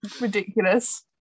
ridiculous